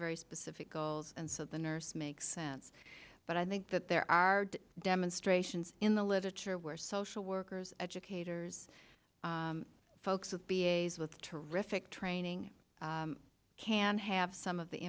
very specific goals and so the nurse makes sense but i think that there are demonstrations in the literature where social workers educators folks with b a s with terrific training can have some of the